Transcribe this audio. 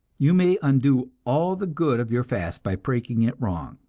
you may undo all the good of your fast by breaking it wrong,